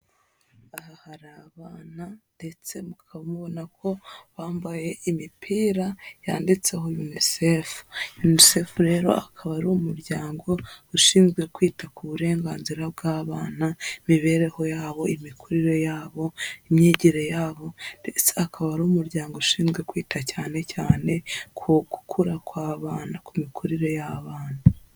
Aha hari abana ndetse mukaba mubonako bambaye imipira yanditseho UNICEF. UNICEF rero akaba ari umuryango ushinzwe kwita kuburenganzira bw'abana, imibereho yabo, imikurire yabo, imyigire yabo ndetse akaba ari umuryango ushinzwe kwita cyanecyane ku gukura kw'abana kumikurire y'abana.